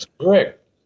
Correct